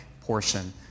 portion